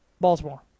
Baltimore